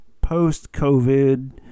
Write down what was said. post-COVID